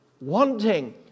wanting